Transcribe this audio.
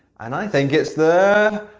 and i think it's the.